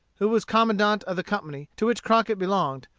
who was commandant of the company to which crockett belonged,